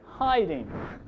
hiding